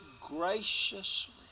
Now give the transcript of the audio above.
graciously